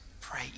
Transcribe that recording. pray